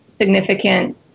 significant